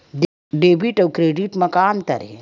Debit अउ credit म का अंतर हे?